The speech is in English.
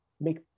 make